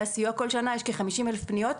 הסיוע כל שנה יש כ-50,000 פניות,